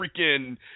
freaking –